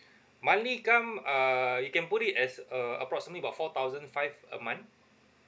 monthly income uh you can put it as uh approximately about four thousand five a month